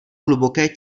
hluboké